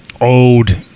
old –